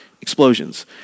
explosions